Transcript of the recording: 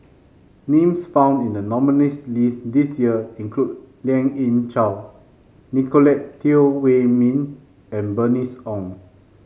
names found in the nominees' list this year include Lien Ying Chow Nicolette Teo Wei Min and Bernice Ong